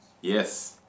Yes